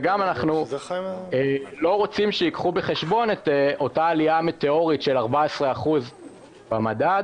וגם אנחנו לא רוצים שייקחו בחשבון את אותה עלייה מטאורית של 14% במדד,